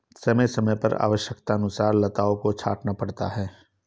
समय समय पर आवश्यकतानुसार लताओं को छांटना पड़ता है